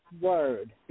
word